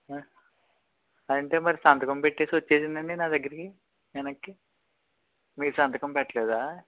ఆ అంటే మరి సంతకం పెట్టేసి వచ్చేసింది అండి నా దగ్గరికి వెనక్కి మీరు సంతకం పెట్టలేదా